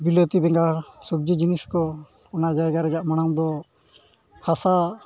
ᱵᱤᱞᱟᱹᱛᱤ ᱵᱮᱸᱜᱟᱲ ᱥᱚᱵᱽᱡᱤ ᱡᱤᱱᱤᱥ ᱠᱚ ᱚᱱᱟ ᱡᱟᱭᱜᱟ ᱨᱮᱭᱟᱜ ᱢᱟᱲᱟᱝ ᱫᱚ ᱦᱟᱥᱟ